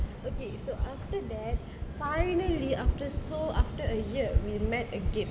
okay so after that finally after so after a year we met again